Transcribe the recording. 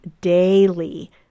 daily